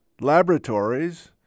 laboratories